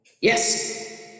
Yes